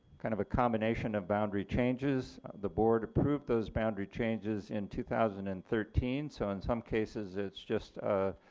kind of a combination of boundary changes the board approve those boundary changes in two thousand and thirteen, so in some cases it's just, ah